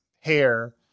hair